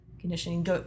conditioning